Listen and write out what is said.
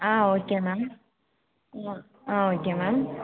ah okay ma'am ah ah okay ma'am